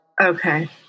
Okay